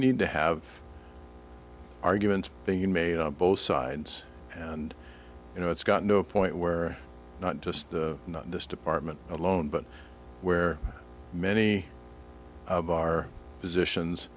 need to have arguments being made on both sides and you know it's got no point where not just in this department alone but where many of our positions